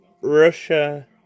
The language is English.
Russia